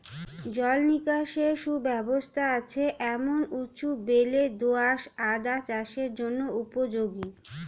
জল নিকাশের সুব্যবস্থা আছে এমন উঁচু বেলে দোআঁশ আদা চাষের জন্য উপযোগী